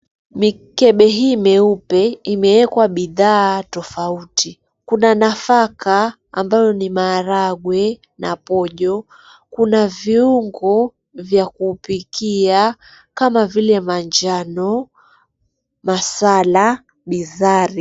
Mikebe hii mieupe nimewekwa bidhaa tofauti kuna nafaka ambayo ni maharagwe na pojo kuna viungo vya kupikia kwa vile manjano, masala, bizari.